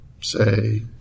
say